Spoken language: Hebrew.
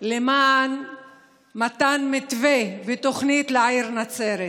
גם למען מתן מתווה ותוכנית לעיר נצרת.